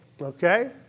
Okay